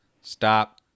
stop